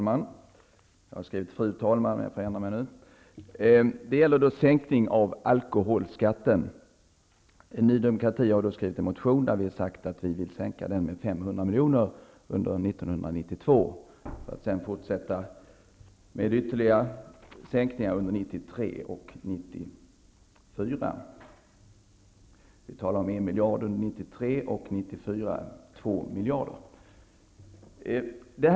Herr talman! Det gäller sänkning av alkoholskatten. Ny demokrati har skrivit en motion i vilken vi säger att vi under år 1992 vill sänka alkoholskatten med 500 milj.kr., för att därefter under åren 1993 och 1994 fortsätta sänkningen med en resp. två miljarder kronor.